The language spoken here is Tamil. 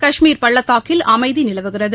கஷ்மீர் பள்ளத்தாக்கில் அமைதிநிலவுகிறது